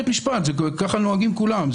המשפט, ככה נוהגים כולם.